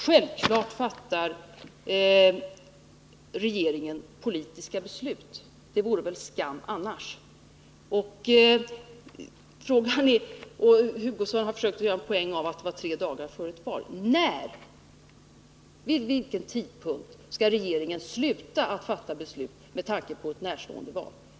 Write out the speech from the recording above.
Självfallet fattar regeringen politiska beslut, det vore väl skam annars. Kurt Hugosson har försökt att göra en poäng av att det var tre dagar före valet. Vid vilken tidpunkt skall regeringen sluta att fatta beslut med tanke på ett närstående val?